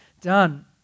done